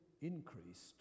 increased